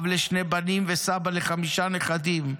אב לשני בנים וסבא לחמישה נכדים,